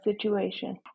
situation